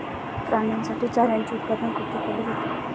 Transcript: प्राण्यांसाठी चाऱ्याचे उत्पादन कुठे केले जाते?